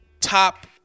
top